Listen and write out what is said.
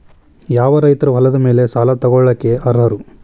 ಯಾವ ರೈತರು ಹೊಲದ ಮೇಲೆ ಸಾಲ ತಗೊಳ್ಳೋಕೆ ಅರ್ಹರು?